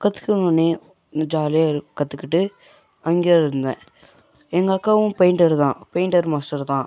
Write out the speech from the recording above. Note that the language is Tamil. கற்றுக்கனனோ ஜாலியாக கற்றுக்கிட்டு அங்கேருந்தேன் எங்கள் அக்காவும் பெயிண்டர் தான் பெயிண்டர் மாஸ்டர் தான்